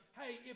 Hey